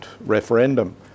referendum